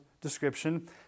description